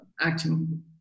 acting